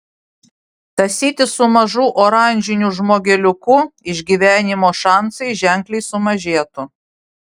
tąsytis su mažu oranžiniu žmogeliuku išgyvenimo šansai ženkliai sumažėtų